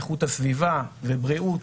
איכות הסביבה ובריאות